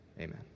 Amen